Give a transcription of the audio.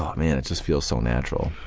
um and just feels so natural.